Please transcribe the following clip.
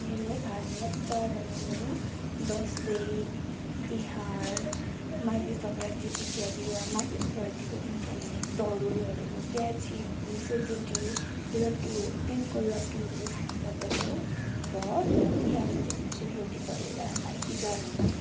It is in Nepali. मेरो धार्मिक चाडहरू हुन् दसैँ तिहार माघे सङ्क्रान्ति इत्यादि र माघे सङ्क्रान्तिको दिन चाहिँ हामीले तरुलहरू प्याजीहरू सेल रोटी लड्डू तिलको लड्डूहरू खाने गर्दछौँ र तिहारमा चाहिँ हामीले सेल रोटी पोलेर भाइ टिकाहरूमा